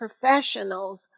professionals